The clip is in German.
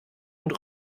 und